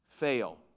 fail